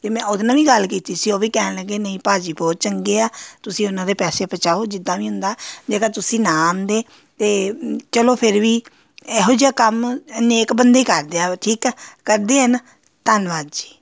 ਅਤੇ ਮੈਂ ਉਹਦੇ ਨਾਲ ਵੀ ਗੱਲ ਕੀਤੀ ਸੀ ਉਹ ਵੀ ਕਹਿਣ ਲੱਗੇ ਨਹੀਂ ਭਾਅ ਜੀ ਬਹੁਤ ਚੰਗੇ ਆ ਤੁਸੀਂ ਉਹਨਾਂ ਦੇ ਪੈਸੇ ਪਹੁੰਚਾਓ ਜਿੱਦਾਂ ਵੀ ਹੁੰਦਾ ਜੇਕਰ ਤੁਸੀਂ ਨਾ ਆਉਂਦੇ ਅਤੇ ਚਲੋ ਫਿਰ ਵੀ ਇਹੋ ਜਿਹਾ ਕੰਮ ਨੇਕ ਬੰਦੇ ਹੀ ਕਰਦੇ ਆ ਠੀਕ ਆ ਕਰਦੇ ਆ ਨਾ ਧੰਨਵਾਦ ਜੀ